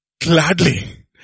Gladly